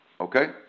okay